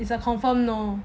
confirm no